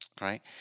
right